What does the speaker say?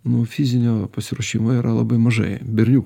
nu fizinio pasiruošimo yra labai mažai berniukų